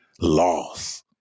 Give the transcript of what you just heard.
loss